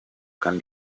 kann